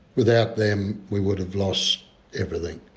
without them, we would have lost everything.